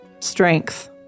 Strength